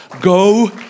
go